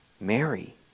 Mary